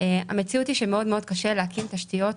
המציאות היא שמאוד מאוד קשה להקים תשתיות